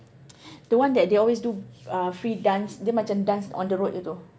the one that they always do uh free dance dia macam dance on the road gitu